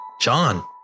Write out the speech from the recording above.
John